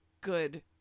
good